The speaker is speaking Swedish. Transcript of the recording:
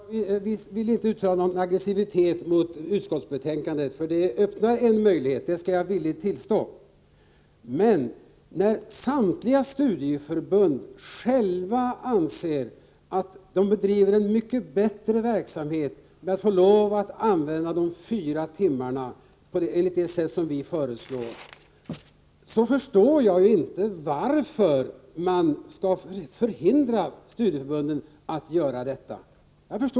Herr talman! Jag vill inte uttala mig aggressivt mot utskottsbetänkandet, för där öppnas en möjlighet — det skall jag villigt tillstå. Men när samtliga studieförbund själva anser att de bedriver en mycket bättre verksamhet när de får lov att använda de fyra timmarna på det sätt som vi föreslår, förstår jag inte varför man skall förhindra studieförbunden att göra detta!